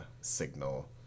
signal